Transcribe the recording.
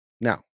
Now